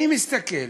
אני מסתכל: